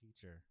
teacher